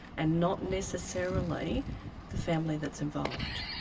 and not necessarily the family that's involved.